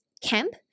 camp